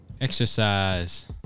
exercise